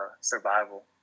survival